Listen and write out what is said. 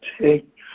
take